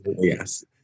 Yes